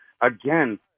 again